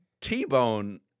T-Bone